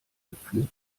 geführt